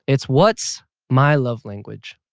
it's what's my love language?